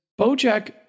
Bojack